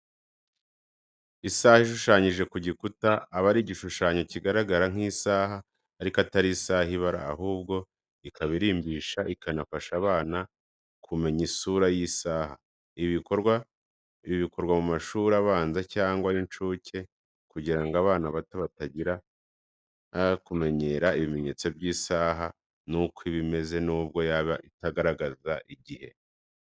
Isaha ishushanyije ku gikuta, aba ari igishushanyo kigaragara nk'isaha ariko atari isaha ibara ahubwo ikaba irimbisha ikanafasha abana kumenya isura y'isaha. Ibi bikorwa mu mashuri abanza cyangwa y'incuke kugira ngo abana bato batangire kumenyera ibimenyetso by'isaha n'uko iba imeze, nubwo yaba itagaragaza igihe.